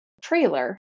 trailer